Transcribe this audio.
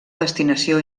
destinació